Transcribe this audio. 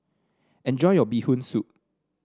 enjoy your Bee Hoon Soup